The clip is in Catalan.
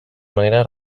manera